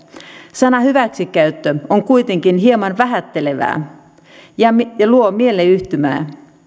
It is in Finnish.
sana hyväksikäyttö on kuitenkin hieman vähättelevä ja luo mielleyhtymän